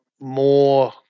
more